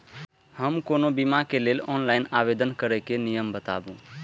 हम कोनो बीमा के लिए ऑनलाइन आवेदन करीके नियम बाताबू?